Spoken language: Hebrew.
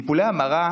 טיפולי המרה,